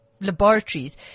laboratories